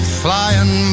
flying